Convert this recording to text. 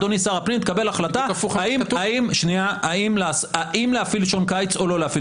אדוני שר הפנים קבל החלטה האם להפעיל שעון קיץ או לא.